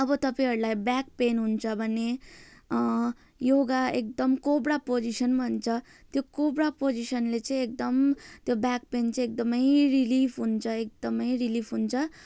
अब तपाईँहरूलाई back pain हुन्छ भने योगा एकदम कोब्रा पोजिसन भन्छ त्यो कोब्रा पोजिसनले चाहिँ एकदम त्यो ब्याक पेन चाहिँ एकदमै रिलिफ हुन्छ एकदमै रिलिफ हुन्छ